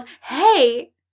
hey